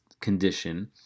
condition